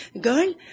girl